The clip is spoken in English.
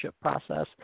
process